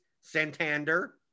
Santander